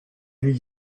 and